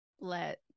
let